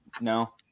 no